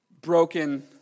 broken